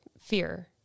fear